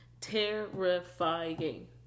Terrifying